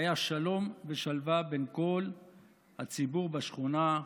והיה שלום ושלווה בין כל הציבור בשכונה,